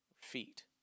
feet